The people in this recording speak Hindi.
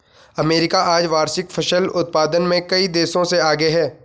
अमेरिका आज वार्षिक फसल उत्पादन में कई देशों से आगे है